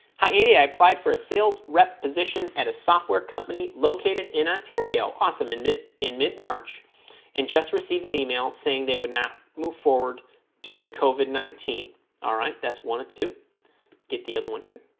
hi eddie i applied for a sales rep position at a software company located in ontario awesome ended in mid-march and just received an email saying they would not move forward due to cova nineteen all right that's one or two get the other one here